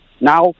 now